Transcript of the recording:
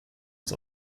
uns